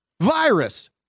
virus